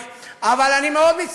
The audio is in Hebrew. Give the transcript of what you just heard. שאני מאוד מכבד ומעריך,